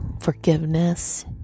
Forgiveness